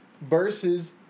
versus